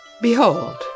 Behold